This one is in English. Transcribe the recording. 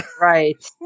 Right